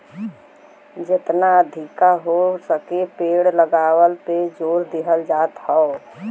जेतना अधिका हो सके पेड़ लगावला पे जोर दिहल जात हौ